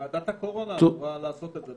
ועדת הקורונה יכולה לעשות את זה.